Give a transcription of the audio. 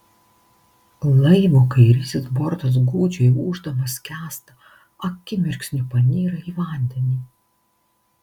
laivo kairysis bortas gūdžiai ūždamas skęsta akimirksniu panyra į vandenį